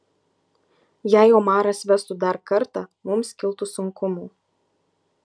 jei omaras vestų dar kartą mums kiltų sunkumų